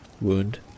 wound